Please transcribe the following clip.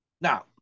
Now